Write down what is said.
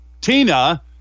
tina